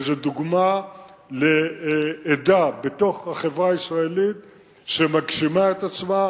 וזו דוגמה לעדה בתוך החברה הישראלית שמגשימה את עצמה,